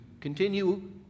continue